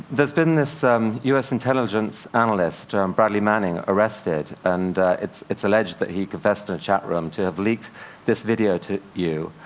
there's been this um u s. intelligence analyst, bradley manning, arrested, and it's it's alleged that he confessed in a chat room to have leaked this video to you,